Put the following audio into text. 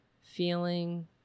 feeling